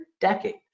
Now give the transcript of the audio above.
decade